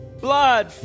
blood